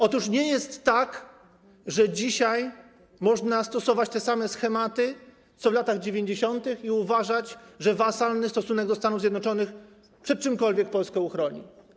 Otóż nie jest tak, że dzisiaj można stosować te same schematy co w latach 90. i uważać, że wasalny stosunek do Stanów Zjednoczonych przed czymkolwiek Polskę uchroni.